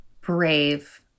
brave